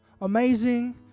amazing